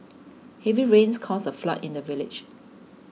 heavy rains caused a flood in the village